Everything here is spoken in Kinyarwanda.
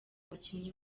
bakinnyi